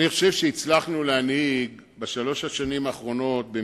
אני חושב שבשלוש השנים האחרונות הצלחנו